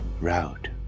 route